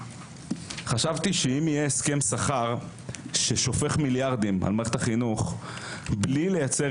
חשבתי שאם יהיה הסכם שכר ששופך מיליארדים על מערכת החינוך בלי לייצר